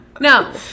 No